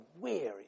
weary